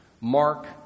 Mark